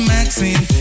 Maxine